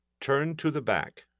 turn to the back.